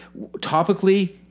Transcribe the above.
topically